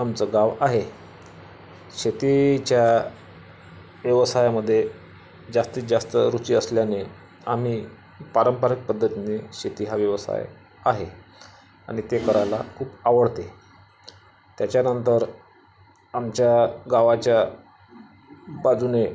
आमचं गाव आहे शेतीच्या व्यवसायामध्ये जास्तीत जास्त रुचि असल्याने आम्ही पारंपरिक पद्धतीने शेती हा व्यवसाय आहे आणि ते करायला खूप आवडते त्याच्यानंतर आमच्या गावाच्या बाजूने